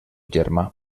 germà